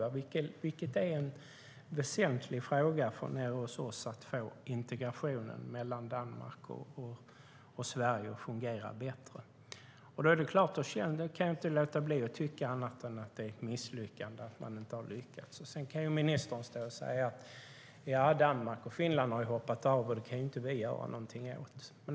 Det är ytterst en väsentlig fråga nere hos oss att få integrationen mellan Danmark och Sverige att fungera bättre. Jag kan inte låta bli att tycka att det är ett misslyckande att det inte blev en nordisk domstol. Sedan kan ministern stå och säga att Danmark och Finland har hoppat av och att vi inte kan göra någonting åt det.